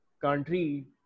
country